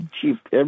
cheap